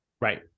Right